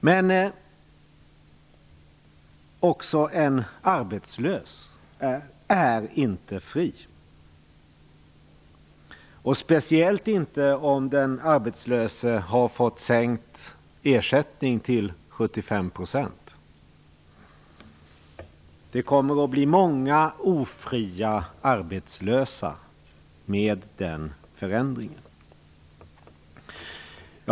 Inte heller en arbetslös är fri, speciellt inte om den arbetslöse har fått ersättningsnivån sänkt till 75 %. Det kommer att bli många ofria arbetslösa med den förändringen.